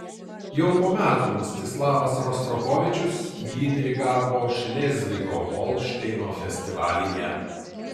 jau po metų mstislavas rostropovičius jį dirigavo šlėzvigo holšteino festivalyje